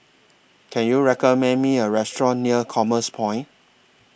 Can YOU recommend Me A Restaurant near Commerce Point